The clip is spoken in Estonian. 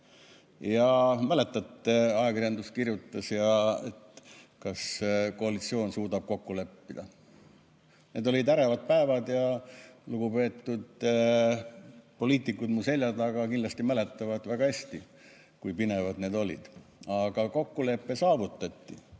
Ja mäletate, ajakirjandus kirjutas, kas koalitsioon suudab kokku leppida? Need olid ärevad päevad ja lugupeetud poliitikud mu selja taga kindlasti mäletavad väga hästi, kui pinevad need olid, aga kokkulepe saavutati.